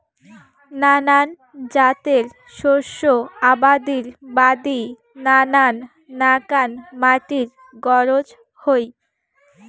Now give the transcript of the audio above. নানান জাতের শস্য আবাদির বাদি নানান নাকান মাটির গরোজ হই